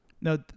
No